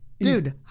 dude